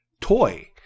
toy